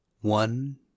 one